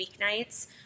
weeknights